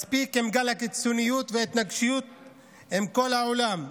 מספיק עם גל הקיצוניות וההתנגשויות עם כל העולם.